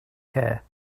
care